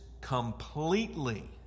completely